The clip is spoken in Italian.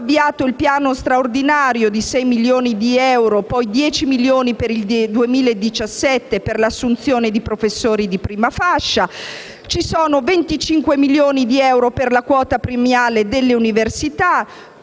È stato avviato il piano straordinario di 6 milioni di euro (poi 10 milioni per il 2017) per l'assunzione di professori di prima fascia. Ci sono 25 milioni di euro per la quota premiale delle università